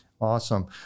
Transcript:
awesome